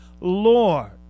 Lord